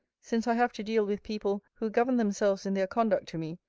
since i have to deal with people, who govern themselves in their conduct to me,